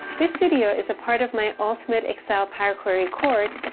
this video is a part of my ultimate excel power query course,